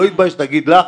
לא מתבייש להגיד לך,